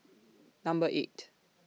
Number eight